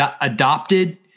adopted